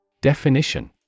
Definition